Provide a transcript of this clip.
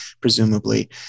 presumably